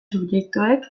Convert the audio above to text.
subjektuek